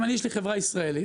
אם יש לי חברה ישראלית,